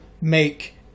make